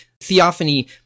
Theophany